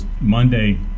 Monday